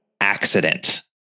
Accident